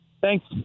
Thanks